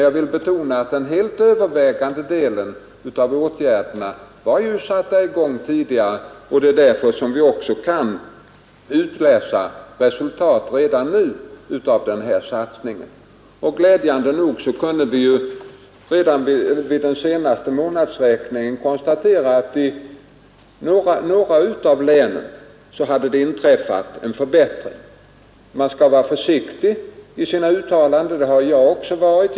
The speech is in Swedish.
Jag vill betona att den helt övervägande delen av åtgärderna hade satts i gång tidigare, och det är därför vi också kan utläsa resultat redan nu av den här satsningen. Och glädjande nog kunde vi redan vid den senaste månadsräkningen konstatera att det hade inträffat en förbättring i några av länen. Man skall vara försiktig i sina uttalanden, och det har jag också varit.